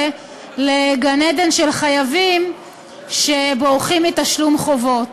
לגן-עדן של חייבים שבורחים מתשלום חובות.